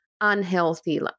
unhealthy